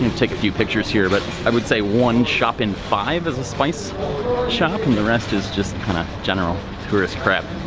take a few pictures here, but i would say one shop in five is a spice shop. and the rest is just kind of general tourist crap.